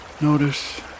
notice